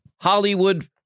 Hollywood